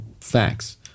facts